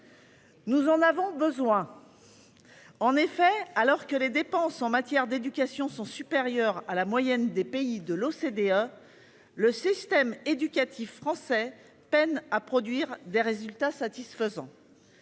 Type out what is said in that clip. Nous en avons besoin. En effet, alors que les dépenses en matière d'éducation sont supérieurs à la moyenne des pays de l'OCDE. Le système éducatif français peinent à produire des résultats satisfaisants.